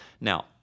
Now